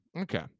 Okay